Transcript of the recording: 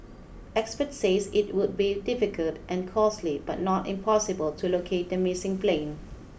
expert says it would be difficult and costly but not impossible to locate the missing plane